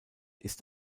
ist